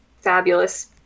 fabulous